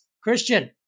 Christian